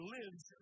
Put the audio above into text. lives